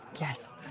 Yes